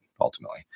ultimately